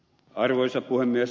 arvoisa puhemies